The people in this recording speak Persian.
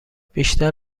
بیشتر